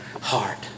heart